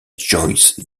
joyce